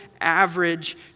average